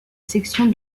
section